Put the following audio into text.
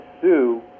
sue